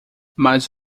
mas